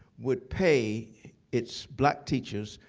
would pay its black teachers,